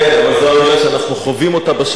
כן, אבל זו המלה שאנחנו חווים בשבוע